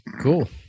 Cool